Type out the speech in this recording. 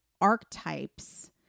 archetypes